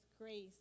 grace